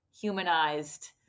humanized